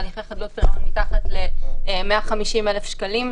בהליכי חדלות פירעון מתחת ל-150,000 שקלים,